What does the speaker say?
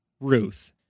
Ruth